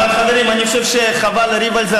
אבל חברים, אני חושב שחבל לריב על זה.